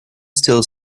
still